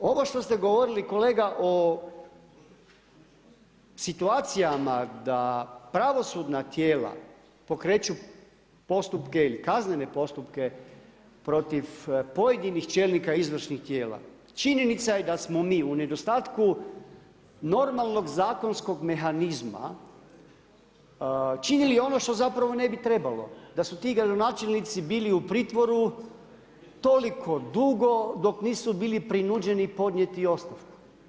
Ovo što ste govorili kolega o situacijama da pravosudna tijela pokreću postupke ili kaznene postupke protiv pojedinih čelnika izvršnih tijela, činjenica je da smo mi u nedostatku normalnog zakonskog mehanizma činili ono što zapravo ne bi trebalo, da su ti gradonačelnici bili u pritvoru toliko dugo dok nisu bili prinuđeni podnijeti ostavku.